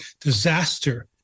disaster